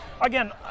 again